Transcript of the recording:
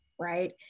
right